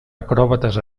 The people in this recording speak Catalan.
acròbates